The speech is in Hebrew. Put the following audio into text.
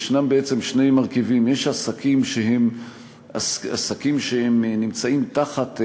יש בעצם שני מרכיבים: יש עסקים שהם עסקים שנמצאים תחת,